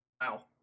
Wow